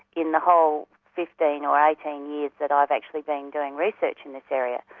in the whole fifteen or eighteen years that i've actually been doing research in this area.